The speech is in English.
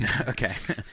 okay